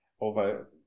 Over